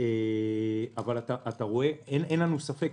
אבל אין ספק,